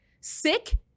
sick